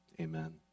amen